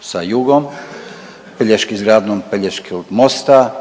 sa jugom, izgradnjom Pelješkog mosta,